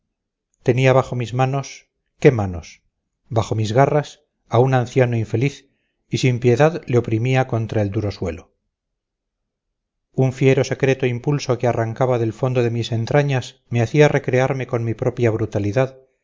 tenía bajo mis manos qué manos bajo mis garras a un anciano infeliz y sin piedad le oprimía contra el duro suelo un fiero secreto impulso que arrancaba del fondo de mis entrañas me hacía recrearme con mi propia brutalidad